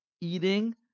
eating